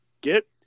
get